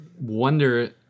wonder